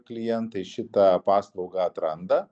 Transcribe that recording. klientai šitą paslaugą atranda